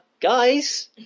guys